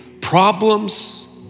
problems